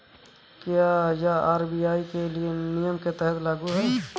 क्या यह आर.बी.आई के नियम के तहत लागू है?